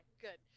good